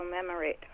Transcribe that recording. commemorate